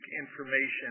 information